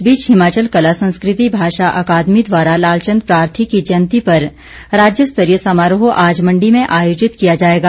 इस बीच हिमाचल कला संस्कृति भाषा अकादमी द्वारा लालचंद प्रार्थी की जयंती पर राज्य स्तरीय समारोह आज मंडी में आयोजित किया जाएगा